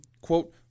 quote